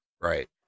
Right